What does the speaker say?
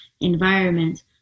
environment